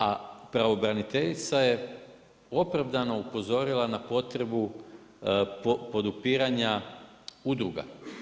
A pravobraniteljica je opravdano upozorila na potrebu podupiranja udruga.